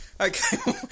Okay